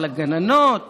על הגננות,